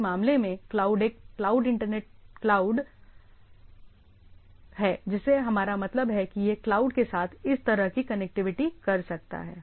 इस मामले में क्लाउड एक इंटरनेट क्लाउड है जिससे हमारा मतलब है की यह क्लाउड के साथ इस तरह की कनेक्टिविटी कर सकता है